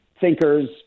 thinkers